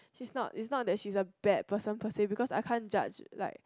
she's not is not that she's a bad person per se because I can't judge like